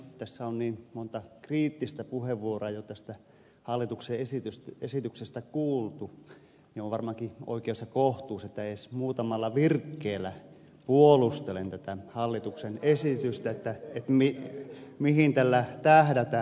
tässä on niin monta kriittistä puheenvuoroa jo tästä hallituksen esityksestä kuultu että on varmaankin oikeus ja kohtuus että edes muutamalla virkkeellä puolustelen tätä hallituksen esitystä sitä mihin tällä tähdätään